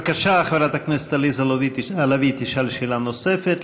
בבקשה, חברת הכנסת עליזה לביא תשאל שאלה נוספת.